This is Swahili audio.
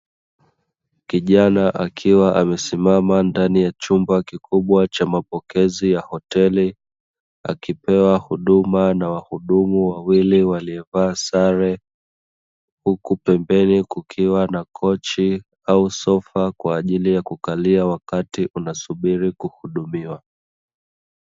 Kijana akiwa amesimama ndani ya chumba kikubwa cha mapokezi ya hoteli, akipewa huduma na wahudumu wawili waliovaa sare, huku pembeni kukiwa na kochi au sofa kwa ajili ya kukaliwa wakati unasubiri kuhudumiwa.